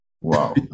Wow